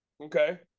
Okay